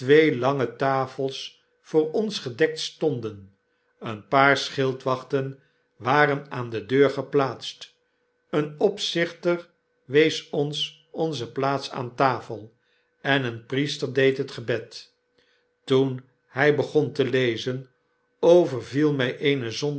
lange tafels voor ons gedekt stonden een paar schildwachten waren aan de deur geplaatst een opzichter wees ons onze plaats aan tafel en een priester deed het gebed toen hy begon te lezen overviel my eene